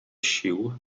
sił